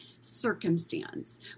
circumstance